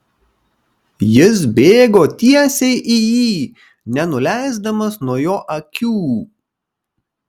jis bėgo tiesiai į jį nenuleisdamas nuo jo akių